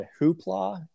Hoopla